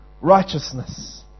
righteousness